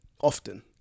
often